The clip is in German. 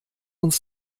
uns